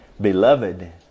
Beloved